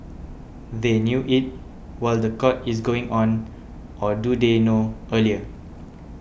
they knew it while the court is still going on or do they know earlier